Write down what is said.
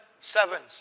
sevens